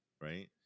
right